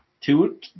Two –